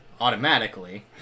automatically